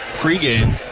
pregame